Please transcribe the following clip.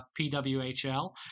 PWHL